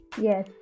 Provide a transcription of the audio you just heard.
yes